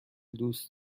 دوست